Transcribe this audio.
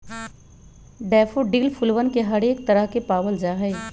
daffodil फूलवन के हरेक तरह के पावल जाहई